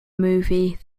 movie